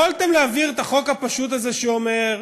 יכולתם להעביר את החוק הפשוט הזה, שאומר,